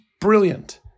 brilliant